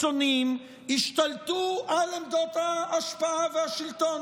והקיצוניים השתלטו על עמדות ההשפעה והשלטון,